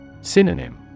Synonym